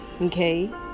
okay